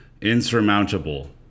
insurmountable